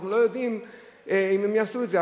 אבל אנחנו לא יודעים אם הם יעשו את זה.